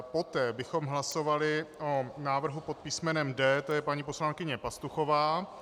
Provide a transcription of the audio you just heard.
Poté bychom hlasovali o návrhu pod písmenem D, to je paní poslankyně Pastuchová.